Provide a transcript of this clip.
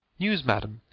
news, madam.